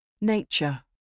Nature